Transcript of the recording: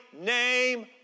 name